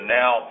now